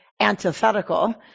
antithetical